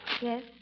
Yes